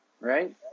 Right